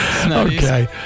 Okay